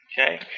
Okay